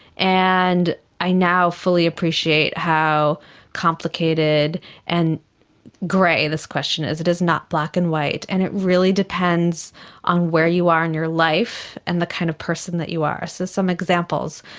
and i now fully appreciate how complicated and grey this question is, it is not black and white. and it really depends on where you are in your life and the kind of person that you are. so, some examples.